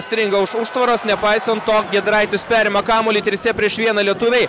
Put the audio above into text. stringa už užtvaros nepaisant to giedraitis perima kamuolį trise prieš vieną lietuviai